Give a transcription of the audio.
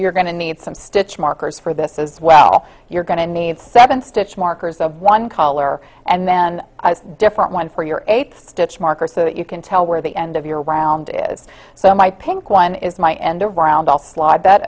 you're going to need some stitch markers for this as well you're going to need seven stitch markers of one color and then different one for your eight stitch marker so that you can tell where the end of your round is so my pink one is my end of round i'll slide that